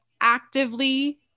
actively